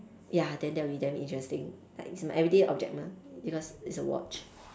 ya then that will be damn interesting like it's an everyday object mah because it's a watch